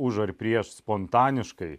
už ar prieš spontaniškai